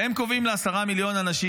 והם קובעים לעשרה מיליון אנשים.